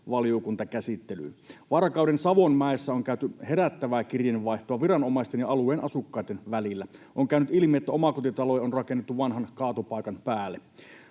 valiokuntakäsittelyyn. Varkauden Savonmäessä on käyty herättävää kirjeenvaihtoa viranomaisten ja alueen asukkaitten välillä. On käynyt ilmi, että omakotitaloja on rakennettu vanhan kaatopaikan päälle.